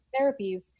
therapies